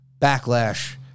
Backlash